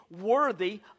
worthy